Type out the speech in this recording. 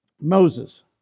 Moses